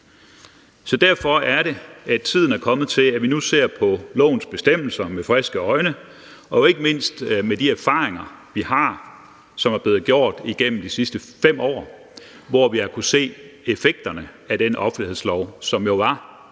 Derfor er det, at tiden er kommet til, at vi nu ser på lovens bestemmelser med friske øjne og ikke mindst med de erfaringer, vi har, som er blevet gjort igennem de sidste 5 år, hvor vi har kunnet se effekterne af den offentlighedslov, som jo var